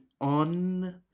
on